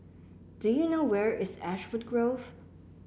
do you know where is Ashwood Grove